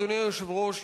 אדוני היושב-ראש,